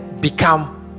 Become